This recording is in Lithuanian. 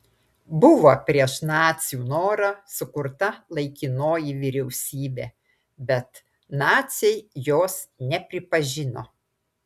buvo prieš nacių norą sukurta laikinoji vyriausybė bet naciai jos nepripažino